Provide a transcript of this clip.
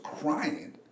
crying